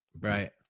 Right